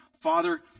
Father